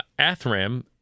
Athram